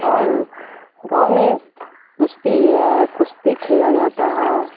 اور گاؤں میں کشتی ہے کشتی کھیلا جاتا ہے